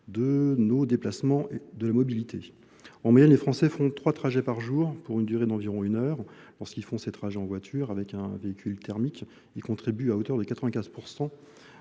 de nos déplacements et de la mobilité en moyenne les français font trois trajets par jour pour une durée d'environ une heure lorsqu'ils font ces trajets en voiture avec un véhicule thermique il contribue thermique